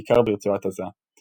בעיקר ברצועת עזה.